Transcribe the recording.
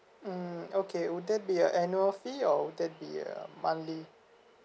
mm okay would there be an annual fee or would that be monthly